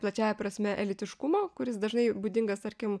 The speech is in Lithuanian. plačiąja prasme elitiškumo kuris dažnai būdingas tarkim